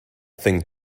thing